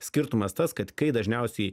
skirtumas tas kad kai dažniausiai